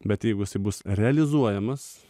bet jeigu bus realizuojamas